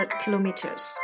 kilometers